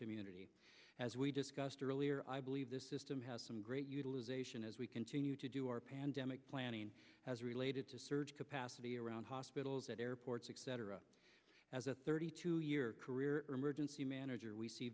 community as we discussed earlier i believe this system has some great utilization as we continue to do our pandemic planning as related to surge capacity around hospitals at airports etc as a thirty two year career emergency manager we see